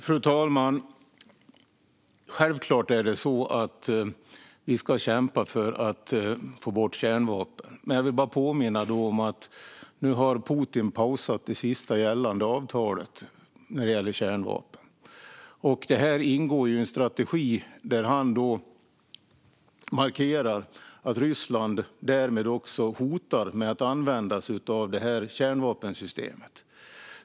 Fru talman! Vi ska självklart kämpa för att få bort kärnvapen. Men jag vill då bara påminna om att Putin nu har pausat det sista gällande avtalet när det gäller kärnvapen. Det här ingår i en strategi där han markerar att Ryssland därmed också hotar med att använda sig av kärnvapensystemet.